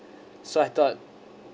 so I thought